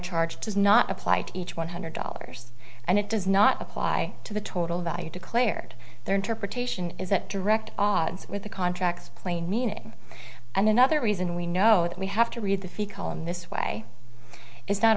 charge does not apply to each one hundred dollars and it does not apply to the total value declared their interpretation is that direct odds with the contracts plain meaning and another reason we know that we have to read the fico in this way is not